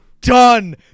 done